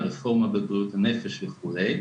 מהרפורמה בבריאות הנפש וכולי.